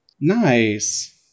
Nice